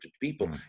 people